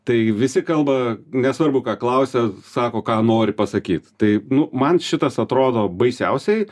tai visi kalba nesvarbu ką klausia sako ką nori pasakyt tai nu man šitas atrodo baisiausiai